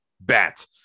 bat